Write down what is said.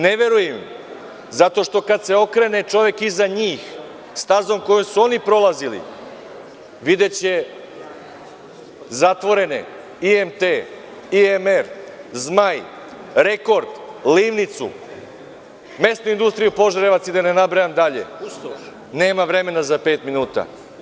Ne verujem im zato što kada se okrene čovek iza njih, stazom kojom su oni prolazili, videće zatvorene IMT, IMR, „Zmaj“, „Rekord“, „Livnicu“, Mesnu industriju Požarevac i da ne nabrajam dalje, nema vremena u pet minuta.